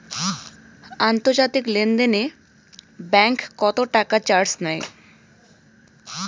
আন্তর্জাতিক লেনদেনে ব্যাংক কত টাকা চার্জ নেয়?